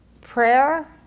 prayer